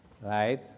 right